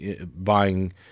buying